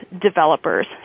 developers